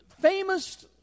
famous